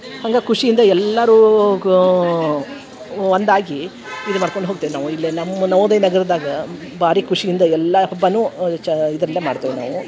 ಹಂಗೆ ಖುಷಿಯಿಂದ ಎಲ್ಲಾರಿಗೂ ಒಂದಾಗಿ ಇದು ಮಾಡ್ಕೊಂಡು ಹೋಗ್ತೇವೆ ನಾವು ಇಲ್ಲೆಲ್ಲನು ನವೋದಯ ನಗರದಾಗ ಭಾರಿ ಖುಷಿಯಿಂದ ಎಲ್ಲ ಹಬ್ಬನು ಚ ಇದರಿಂದ ಮಾಡ್ತೇವೆ ನಾವು